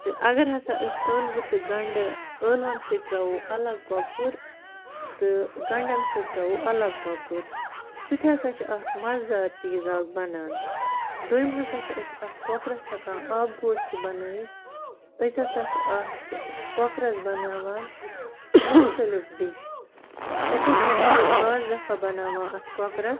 تہٕ اگر ہسا أسۍ ٲلوٕ تہٕ گَنٛڈٕ ٲلوَن سۭتۍ ترٛاوو الگ کۄکُر تہٕ گَنڈَن سۭتۍ ترٛاوو الگ کۄکُر سُہ تہِ ہسا چھُ اَکھ مَزٕدار چیٖز اَکھ بنان دوٚیِم ہسا چھِ أسۍ اتھ کۄکرَس ہیٚکان آبہٕ گوش تہِ بنٲیِتھ أسۍ ہسا چھِ اَتھ کۄکرَس بناوان مختلف ڈِش أسۍ ہسا چھِ بعض دَفعہ بناوان اَتھ کۄکرَس